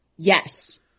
Yes